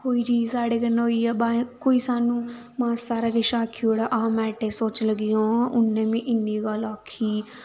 कोई चीज़ साढ़े कन्नै होई जा भाएं कोई सानूं मासा हार किश आक्खी ओड़ै अस मैन्टै च सोचने लग्गी जन्ने हां उन्नै मीं इन्नी गल्ल आखी